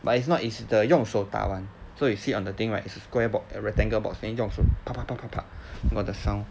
but it's not it's the 用手打 [one] so you sit on the thing right square box a rectangle box then 用手 pa pa pa pa pa got the sound